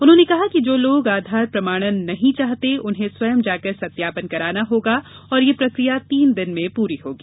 उन्होंने कहा कि जो लोग आधार प्रमाणन नहीं चाहते उन्हें स्वयं जाकर सत्यापन कराना होगा और यह प्रक्रिया तीन दिन में पूरी होगी